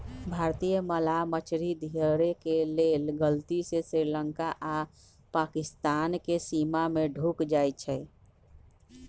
भारतीय मलाह मछरी धरे के लेल गलती से श्रीलंका आऽ पाकिस्तानके सीमा में ढुक जाइ छइ